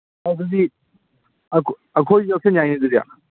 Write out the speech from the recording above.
ꯑꯗꯨꯗꯤ ꯑꯩꯈꯣꯏꯁꯨ ꯌꯥꯎꯁꯤꯟ ꯌꯥꯏꯅꯦ ꯑꯗꯨꯗꯤ